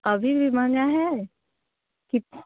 अभी भी महँगा है कित